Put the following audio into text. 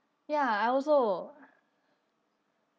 ya I also